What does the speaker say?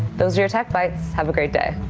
those your tech bytes have a great day.